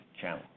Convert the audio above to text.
channel